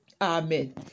Amen